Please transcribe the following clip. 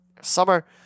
Summer